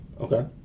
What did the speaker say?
Okay